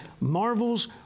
Marvel's